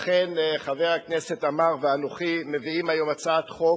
לכן חבר הכנסת עמאר ואנוכי מביאים היום הצעת חוק,